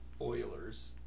Oilers